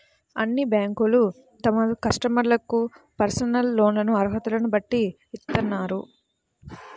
అన్ని బ్యేంకులూ తమ కస్టమర్లకు పర్సనల్ లోన్లను అర్హతలను బట్టి ఇత్తన్నాయి